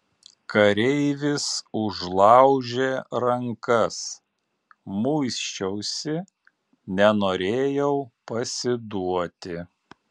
kareivis užlaužė rankas muisčiausi nenorėjau pasiduoti